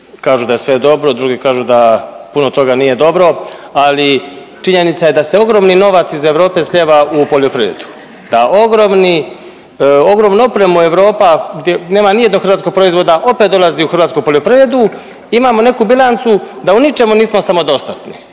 kažu da je sve dobro, drugi kažu da puno toga nije dobro, ali činjenica je da se ogromni novac iz Europe slijeva u poljoprivredu, da ogromni, ogromnu opremu Europa gdje nema nijednog hrvatskog proizvoda, opet dolazi u hrvatsku poljoprivredu, imamo neku bilancu da u ničemu nismo samodostatni